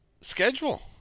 schedule